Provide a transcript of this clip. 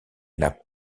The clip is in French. n’a